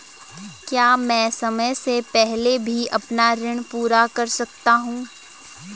क्या मैं समय से पहले भी अपना ऋण पूरा कर सकता हूँ?